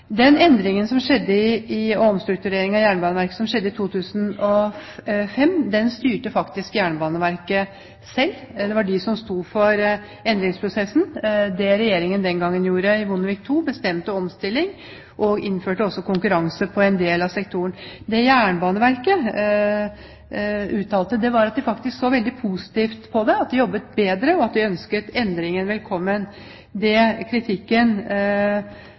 Den endringen som skjedde, den omstruktureringen av Jernbaneverket som skjedde i 2005, styrte Jernbaneverket faktisk selv. Det var de som sto for endringsprosessen. Det regjeringen den gangen gjorde, Bondevik II, var at man bestemte omstilling og også innførte konkurranse på en del av sektoren. Det Jernbaneverket uttalte, var at de faktisk så veldig positivt på det, at de jobbet bedre, og at de ønsket endringen velkommen. Det kritikken